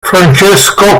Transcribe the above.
francesco